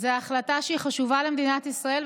זאת החלטה חשובה למדינת ישראל,